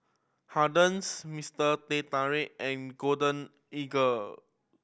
Hardy's Mister Teh Tarik and Golden Eagle